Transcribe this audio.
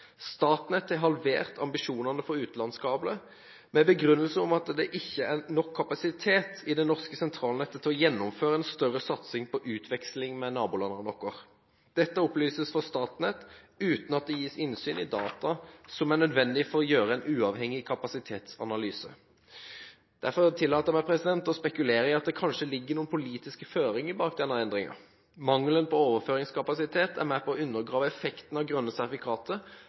Statnett har halvert ambisjonene for utenlandskabler, med begrunnelse i at det ikke er nok kapasitet i det norske sentralnettet til å gjennomføre en større satsing på utveksling med våre naboland. Dette opplyses fra Statnett, uten at det gis innsyn i data som er nødvendig for å gjøre en uavhengig kapasitetsanalyse. Derfor tillater jeg meg å spekulere om det kanskje ligger noen politiske føringer bak denne endringen. Mangelen på overføringskapasitet er med på å undergrave effekten av grønne sertifikater,